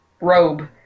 robe